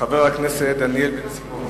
חבר הכנסת דניאל בן-סימון,